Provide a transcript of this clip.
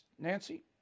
Nancy